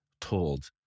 told